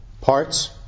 parts